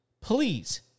please